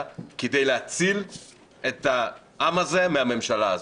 כדי להציל את העם הזה מהממשלה הזאת.